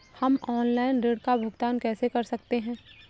हम ऑनलाइन ऋण का भुगतान कैसे कर सकते हैं?